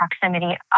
proximity